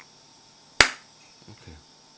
okay